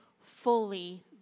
fully